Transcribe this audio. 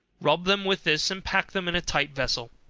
rub them with this, and pack them in a tight vessel,